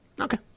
Okay